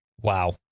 Wow